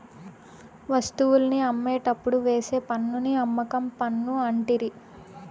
వస్తువుల్ని అమ్మేటప్పుడు వేసే పన్నుని అమ్మకం పన్ను అంటిరి